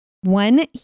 One